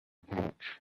pouch